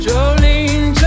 Jolene